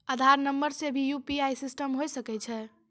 आधार नंबर से भी यु.पी.आई सिस्टम होय सकैय छै?